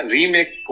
Remake